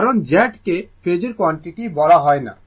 কারণ Z কে phasor quantity বলা হয় না